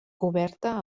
coberta